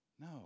No